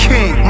King